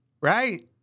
right